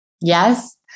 Yes